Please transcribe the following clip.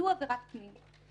זו עבירת פנים.